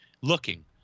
looking